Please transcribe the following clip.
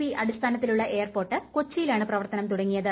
P അടിസ്ഥാനത്തിലുളള airport കൊച്ചിയിലാണ് പ്രവർത്തനം തുടങ്ങിയത്